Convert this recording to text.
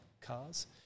cars